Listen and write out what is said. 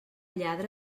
lladre